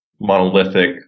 monolithic